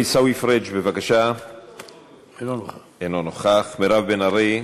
עיסאווי פריג', בבקשה, אינו נוכח, מירב בן ארי,